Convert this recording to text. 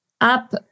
up